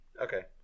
Okay